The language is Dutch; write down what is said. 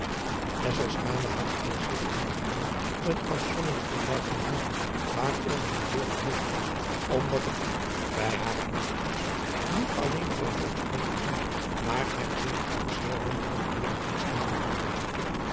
had voor zich en de haren een afzonderlijk verblijf doen huren waar over zij zeer verheugd was omdat de aag bij hare aankomst niet alleen vol volks bleek te zijn maar er zich ook zeer veel ongebonden gasten op bevonden